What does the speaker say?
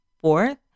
Fourth